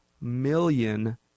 million